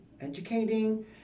educating